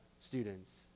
students